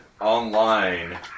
online